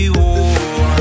war